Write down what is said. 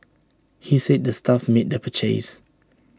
he said the staff made the purchase